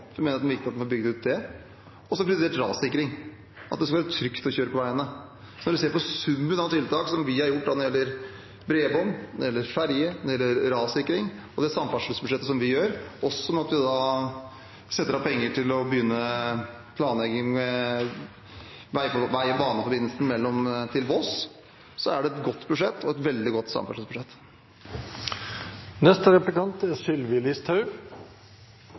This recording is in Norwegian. mener at det er viktig at vi får bygd ut det. Og vi har prioritert rassikring, at det skal være trygt å kjøre på veiene. Så når en ser på summen av tiltak som vi har når det gjelder bredbånd, ferger og rassikring, og det samferdselsbudsjettet som vi har – og at vi setter av penger til å begynne planleggingen av vei- og baneforbindelsen til Voss – er det et godt budsjett og et veldig godt samferdselsbudsjett. Ikke ett ord nevner finansministeren om den strømsituasjonen som landet nå står oppi. Det er